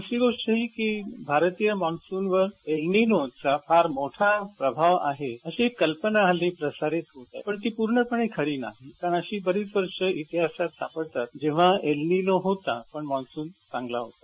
दुसरी गोष्ट हि कि भारतीय माॅन्सून वर एल्निनो चा फार मोठा प्रभाव आहे अशी कल्पना हल्ली प्रसारित होते पण ती पूर्ण पणेखरी नाही कारण अशी बरीच वर्षे इतिहासात सापडतात जेव्हा एल्निनो होता पण माॅन्सून चांगला होता